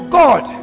god